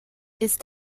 ist